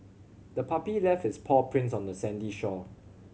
the puppy left its paw prints on the sandy shore